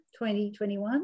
2021